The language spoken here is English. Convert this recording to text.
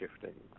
shifting